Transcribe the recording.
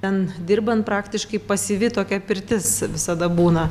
ten dirban praktiškai pasyvi tokia pirtis visada būna